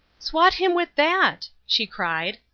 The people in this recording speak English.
swat him with that, she cried.